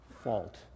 fault